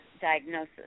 diagnosis